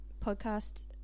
podcast